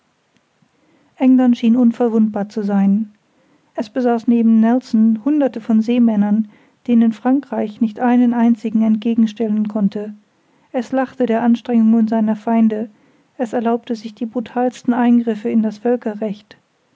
england schien unverwundbar zu sein es besaß neben nelson hunderte von seemännern denen frankreich nicht einen einzigen entgegenstellen konnte es lachte der anstrengungen seiner feinde es erlaubte sich die brutalsten eingriffe in das völkerrecht